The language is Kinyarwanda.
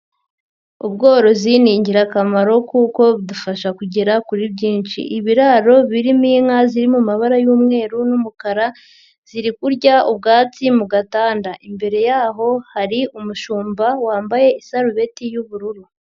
Ubworozi ni ingirakamaro kuko bidufasha kugera kuri byinshi, ibiraro birimo inka ziri mu mabara y'umweru n'umukara ziri kurya ubwatsi mu gatanda, imbere y'aho hari umushumba wambaye isarubeti y'ubururu.